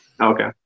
Okay